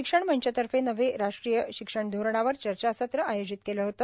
शिक्षण मंचतर्फे नवे राष्ट्रीय शिक्षण धोरणावर चर्चासत्र आयोजित केले होते